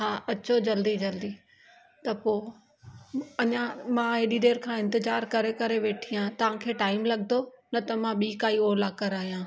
हा अचो जल्दी जल्दी त पोइ अञां मां हेॾी देरि खां इंतिजार करे करे वेठी आहियां तव्हां खे टाइम लॻंदो न त मां ॿी काई ओला करायां